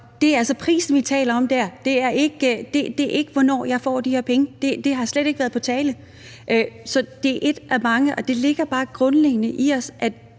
altså prisen, vi taler om der. Det er ikke, hvornår jeg får de her penge. Det har slet ikke været på tale. Så det er et af